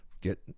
get